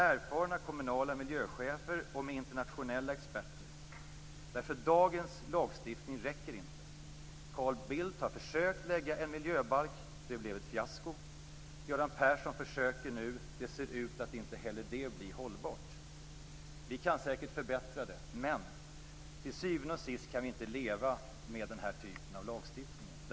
Erfarna kommunala miljöchefer och internationella experter skall ingå. Dagens lagstiftning räcker nämligen inte. Carl Bildt har försökt lägga fram en miljöbalk. Den blev ett fiasko. Göran Persson försöker nu. Inte heller den ser ut att bli hållbar. Vi kan säkert förbättra den, men till syvende och sist kan vi inte leva med denna typ av lagstiftning.